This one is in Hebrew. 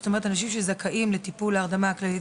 זאת אומרת אנשים שזכאים לטיפול בהרדמה כללית